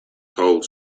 told